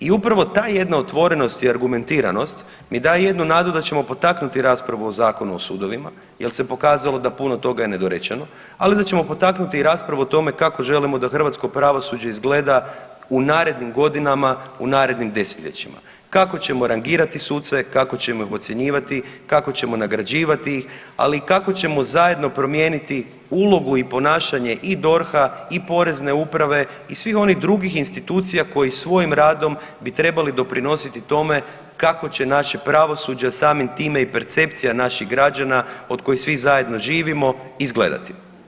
I upravo ta jedna otvorenost i argumentiranost mi daje jednu nadu da ćemo potaknuti raspravu o Zakonu o sudovima jel se pokazalo da puno toga je nedorečeno, ali da ćemo potaknuti i raspravu o tome kako želimo da hrvatsko pravosuđe izgleda u narednim godinama i u narednim 10-ljećima, kako ćemo rangirati suce, kako ćemo ih ocjenjivati, kako ćemo nagrađivati ih, ali i kako ćemo zajedno promijeniti ulogu i ponašanje i DORH-a i porezne uprave i svih onih drugih institucija koji svojim radom bi trebali doprinositi tome kako će naše pravosuđe, a samim time i percepcija naših građana od kojih svi zajedno živimo izgledati.